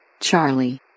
Charlie